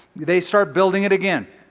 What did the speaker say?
they start building it again.